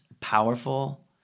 powerful